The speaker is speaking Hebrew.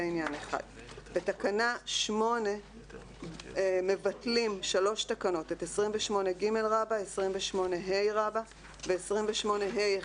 בתקנה 8 מבטלים שלוש תקנות: את 28ג, 28ה ו-28ה1,